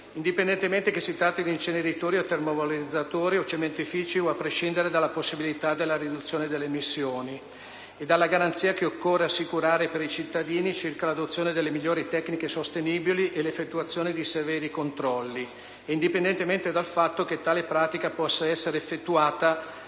indipendentemente che si tratti di inceneritori, termovalorizzatori o cementifici, a prescindere dalla possibilità della riduzione delle emissioni e dalle garanzie che occorre assicurare ai cittadini circa l'adozione delle migliori tecniche sostenibili e l'effettuazione di severi controlli e indipendentemente dal fatto che tale pratica possa essere effettuata